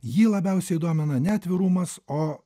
jį labiausiai domina ne atvirumas o